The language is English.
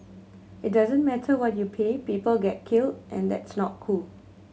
it doesn't matter what you pay people get killed and that's not cool